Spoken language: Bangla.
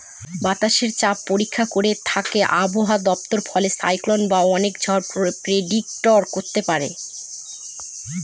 বাতাসের চাপ পরীক্ষা করে থাকে আবহাওয়া দপ্তর ফলে সাইক্লন বা অনেক ঝড় প্রেডিক্ট করতে পারে